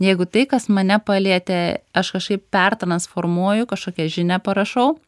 jeigu tai kas mane palietė aš kažkaip pertransformuoju kažkokią žinią parašau